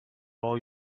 all